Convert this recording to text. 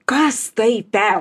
kas tai per